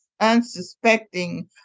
unsuspecting